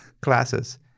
classes